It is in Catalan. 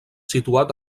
situat